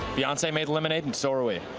beyonce made lemonade and so are we.